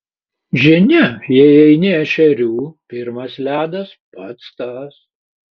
žinia jei eini ešerių pirmas ledas pats tas